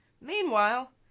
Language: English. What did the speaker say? Meanwhile